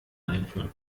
einführen